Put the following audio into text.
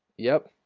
yep,